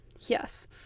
Yes